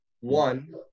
one